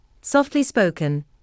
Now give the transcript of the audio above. softly-spoken